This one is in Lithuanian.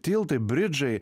tiltai bridžai